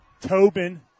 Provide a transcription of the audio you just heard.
Tobin